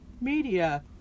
media